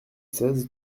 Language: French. seize